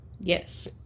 Yes